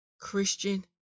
christian